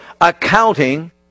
accounting